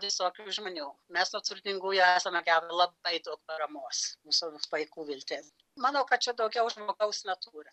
visokių žmonių mes nuo turtingųjų esame gavę labai tos paramos visur vaikų viltis manau kad čia daugiau žmogaus natūra